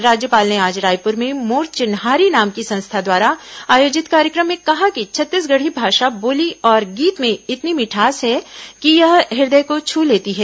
राज्यपाल ने आज रायपुर में मोर चिन्हारी नाम की संस्था द्वारा आयोजित कार्यक्रम में कहा कि छत्तीसगढ़ी भाषा बोली और गीत में इतनी मिठास है कि यह हृदय को छू लेती है